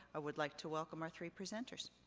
i would like to welcome our three presenters.